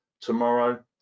Tomorrow